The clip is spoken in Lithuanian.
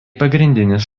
pagrindinis